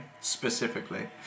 specifically